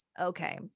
Okay